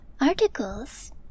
Articles